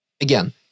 again